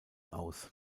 aus